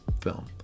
film